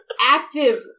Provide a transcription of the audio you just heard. active